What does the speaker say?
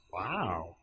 Wow